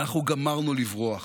ואנחנו גמרנו לברוח.